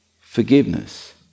forgiveness